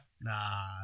Nah